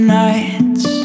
nights